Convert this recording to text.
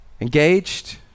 engaged